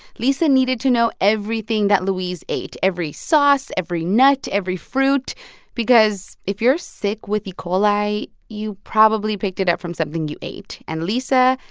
lisa needed to know everything that louise ate every sauce, every nut, every fruit because if you're sick with e. coli, you probably picked it up from something you ate. and lisa,